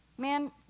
Man